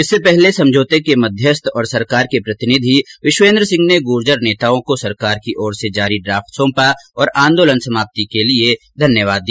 इससे पहले समर्झौते के मध्यस्थ और सरकार के प्रतिनिधि विश्वेन्द्र सिंह ने गुर्जर नेताओं को सरकार की ओर से जारी ड्राफ्ट सौंपा और आंदोलन समाप्ति के लिये धन्यवाद दिया